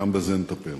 גם בזה נטפל.